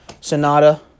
Sonata